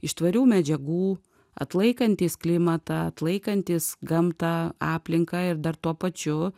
iš tvarių medžiagų atlaikantys klimatą atlaikantys gamtą aplinką ir dar tuo pačiu